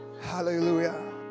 Hallelujah